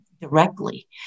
directly